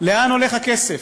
לאן הולך הכסף.